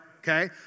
okay